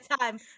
time